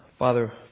Father